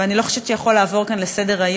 ואני לא חושבת שיכולים לעבור כאן עליו לסדר-היום,